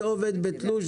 זה עובד בתלוש,